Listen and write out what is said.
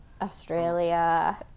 Australia